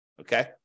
Okay